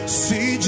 see